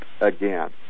again